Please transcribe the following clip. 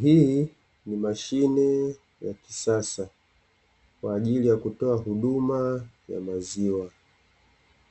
Hii ni mashine ya kisasa, kwa ajili ya kutoa huduma ya maziwa.